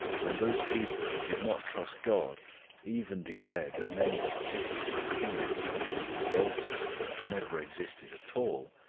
when those people who did not trust god even declared that many of the cities and kings mentioned in the old testament had never existed at all,